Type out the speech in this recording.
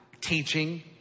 teaching